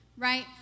Right